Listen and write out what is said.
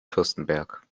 fürstenberg